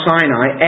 Sinai